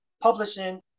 publishing